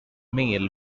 mail